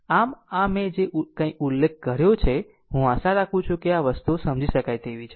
આમ આ મેં જે કાંઈ ઉલ્લેખ કર્યો છે હું આશા રાખું છું કે આ વસ્તુઓ સમજી શકાય તેવું છે